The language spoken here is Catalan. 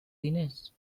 diners